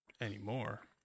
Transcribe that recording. Anymore